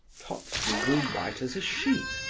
totski grew white as a sheet.